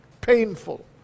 painful